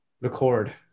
record